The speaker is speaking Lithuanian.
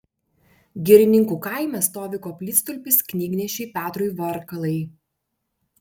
girininkų kaime stovi koplytstulpis knygnešiui petrui varkalai